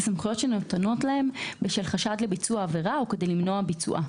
הן בשל חשד לביצוע עבירה או כדי למנוע ביצועה.